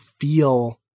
feel